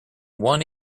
one